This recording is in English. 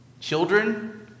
Children